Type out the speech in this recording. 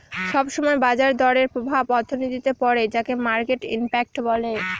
সব সময় বাজার দরের প্রভাব অর্থনীতিতে পড়ে যাকে মার্কেট ইমপ্যাক্ট বলে